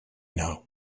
know